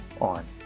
on